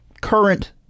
current